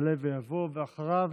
יעלה ויבוא, ואחריו,